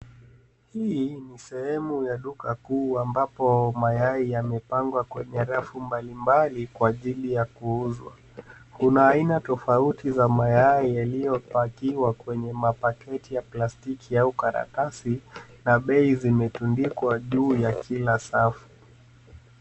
Hii ni sehemu ya duka kuu ambapo mayai yamepangwa kwenye rafu mbalimbali kwa ajili ya kuuzwa. Kuna aina tofauti za mayai yaliyopakiwa kwenye mapaketi ya plastiki au karatasi na bei zimetundikwa juu ya kila safu.